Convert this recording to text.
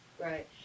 Right